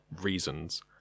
reasons